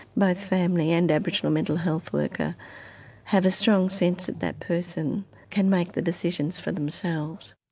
both family and aboriginal mental health worker have a strong sense of that person can make the decisions for themselves.